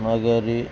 Nagari